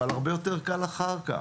אבל הרבה יותר קל אחר כך.